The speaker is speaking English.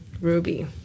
Ruby